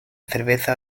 cerveza